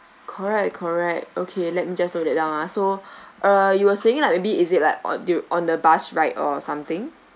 correct correct okay let me just note that down ah so uh you were saying like maybe is it like on the on the bus ride or something